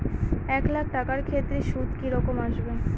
এক লাখ টাকার ক্ষেত্রে সুদ কি রকম আসবে?